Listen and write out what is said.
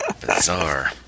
Bizarre